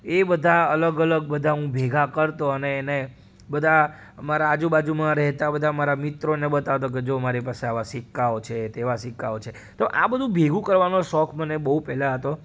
એ બધા અલગ અલગ બધાં હું ભેગા કરતો અને એને બધાં અમારા આજુબાજુમાં રહેતા બધા મારા મિત્રોને બતાવતો કે જુઓ મારી પાસે આવા સિક્કાઓ છે તેવા સિક્કાઓ છે તો આ બધું ભેગું કરવાનો શોખ મને બહું પહેલાં હતો